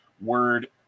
word